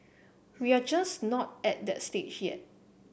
we are just not at that stage yet